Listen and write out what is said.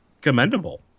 commendable